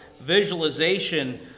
visualization